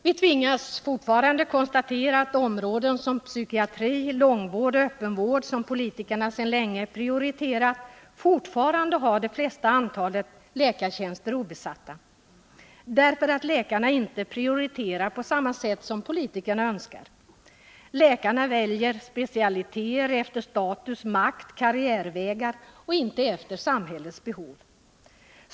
Vi tvingas i dag konstatera att områden som psykiatri, långvård och öppenvård, som politikerna sedan länge prioriterat, fortfarande har det flesta antalet läkartjänster obesatta, därför att läkarna inte prioriterar på samma sätt som politikerna önskar. Läkarna väljer specialiteter efter status, makt och karriärvägar och inte efter samhällets behov.